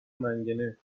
منگنه